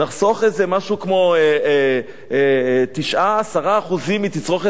נחסוך איזה משהו כמו 9% 10% מתצרוכת